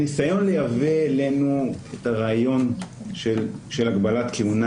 הניסיון לייבא אלינו את הרעיון של הגבלת כהונה,